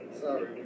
Sorry